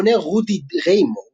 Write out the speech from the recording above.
המכונה רודי ריי מור,